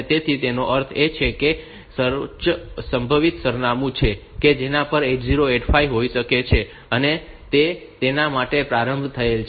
તેથી તેનો અર્થ એ છે કે તે સર્વોચ્ચ સંભવિત સરનામું છે કે જેના પર 8085 હોઈ શકે છે અને તે તેના માટે પ્રારંભ થયેલ છે